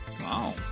Wow